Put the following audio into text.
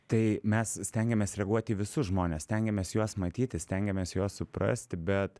tai mes stengiamės reaguot į visus žmones stengiamės juos matyti stengiamės juos suprasti bet